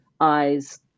eyes